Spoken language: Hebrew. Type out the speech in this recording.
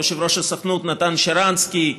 יושב-ראש הסוכנות נתן שרנסקי,